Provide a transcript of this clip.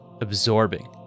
absorbing